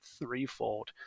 threefold